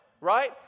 right